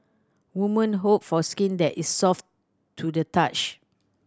woman hope for skin that is soft to the touch